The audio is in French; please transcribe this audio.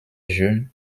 jeune